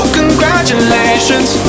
congratulations